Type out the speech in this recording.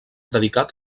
dedicat